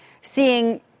seeing